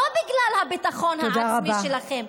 לא בגלל הביטחון העצמי שלכם,